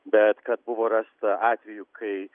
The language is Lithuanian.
bet kad buvo rasta atvejų kai